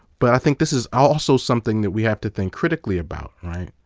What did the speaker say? but i think this is also something that we have to think critically a bout, right?